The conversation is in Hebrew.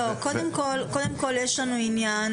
קודם כל, יש לנו עניין